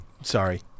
Sorry